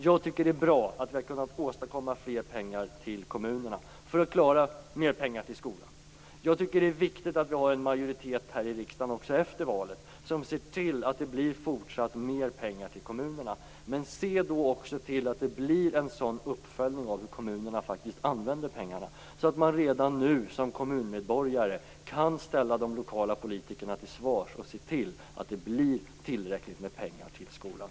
Jag tycker att det är bra att vi har kunnat åstadkomma mer pengar till kommunerna för att det skall kunna bli mer pengar till skolorna. Jag tycker att det är viktigt att vi har en majoritet här i riksdagen också efter valet som ser till att det blir fortsatt mer pengar till kommunerna. Men se då också till att det blir en uppföljning av hur kommunerna faktiskt använder pengarna, så att man redan nu som kommunmedborgare kan ställa de lokala politikerna till svars och se till att det blir tillräckligt med pengar till skolan.